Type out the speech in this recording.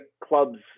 club's